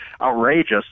outrageous